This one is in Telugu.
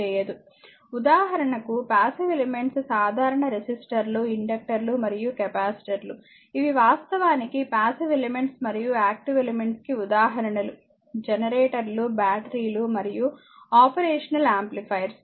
చూడండి స్లయిడ్ సమయం 0619 ఉదాహరణకు పాసివ్ ఎలిమెంట్స్ సాధారణ రెసిస్టర్లు ఇండక్టర్లు మరియు కెపాసిటర్లుఇవి వాస్తవానికి పాసివ్ ఎలిమెంట్స్ మరియు యాక్టివ్ ఎలిమెంట్స్ కి ఉదాహరణలు జనరేటర్లు బ్యాటరీలు మరియు ఆపరేషనల్ ఆంప్లిఫైయర్స్